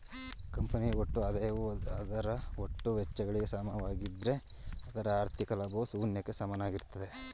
ಕಂಪನಿಯು ಒಟ್ಟು ಆದಾಯವು ಅದರ ಒಟ್ಟು ವೆಚ್ಚಗಳಿಗೆ ಸಮನಾಗಿದ್ದ್ರೆ ಅದರ ಹಾಥಿ೯ಕ ಲಾಭವು ಶೂನ್ಯಕ್ಕೆ ಸಮನಾಗಿರುತ್ತದೆ